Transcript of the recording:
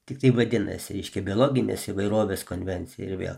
tiktai vadinasi reiškia biologinės įvairovės konvencija ir vėl